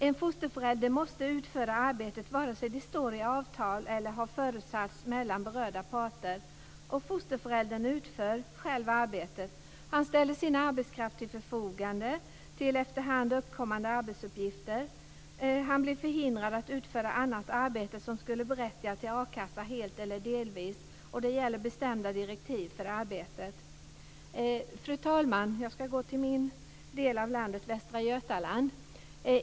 En fosterförälder måste utföra arbetet, vare sig det står i avtal eller har förutsatts mellan berörda parter, och fosterföräldern utför själva arbetet. Han ställer sin arbetskraft till förfogande till efterhand uppkommande arbetsuppgifter. Han blir förhindrad att utföra annat arbete som skulle berättiga till a-kassa helt eller delvis, och bestämda direktiv gäller för arbetet. Fru talman! Jag ska tala om min del av landet, Västra Götaland.